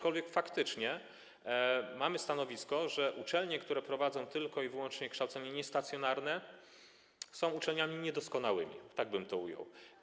Aczkolwiek faktycznie mamy takie stanowisko, że uczelnie, które prowadzą tylko i wyłącznie kształcenie niestacjonarne, są uczelniami niedoskonałymi, tak bym to ujął.